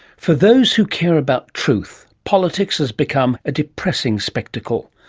for those who care about truth, politics has become a depressing spectacle.